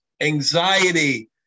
anxiety